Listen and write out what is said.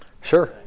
Sure